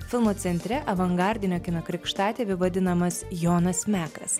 filmų centre avangardinio kino krikštatėviu vadinamas jonas mekas